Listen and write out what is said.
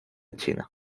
china